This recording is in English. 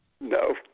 No